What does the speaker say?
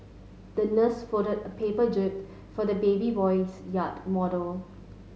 the nurse folded a paper jib for the baby boy's yacht model